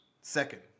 Second